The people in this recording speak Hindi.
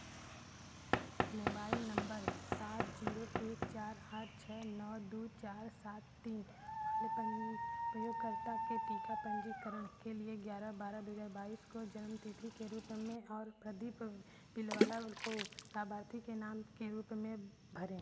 मोबाइल नंबर सात जीरो एक चार आठ छःनौ दो चार सात तीन वाले प्रयोगकर्ता के टीका पंजीकरण के लिए ग्यारह बारह दो हज़ार बाईस को जन्म तिथि के रूप में और प्रदीप बिलवालावल को लाभार्थी के नाम के रूप में भरें